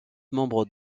membres